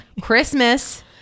Christmas